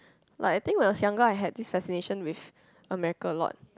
like I think when I was younger I had this fascination with America lord